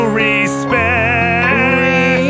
respect